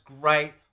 great